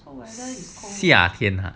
夏天啊